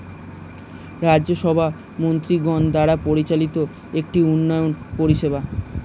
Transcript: রাজ্য সভা মন্ত্রীগণ দ্বারা পরিচালিত একটি উন্নয়ন পরিষেবা